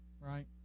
Right